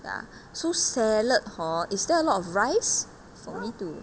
ya so salad hor is there a lot of rice for me too